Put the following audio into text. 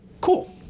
cool